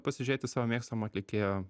pasižiūrėti savo mėgstamo atlikėjo